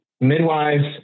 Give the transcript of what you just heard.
midwives